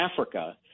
Africa